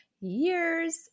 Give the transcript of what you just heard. years